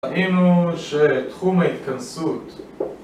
ראינו שתחום ההתכנסות